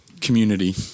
community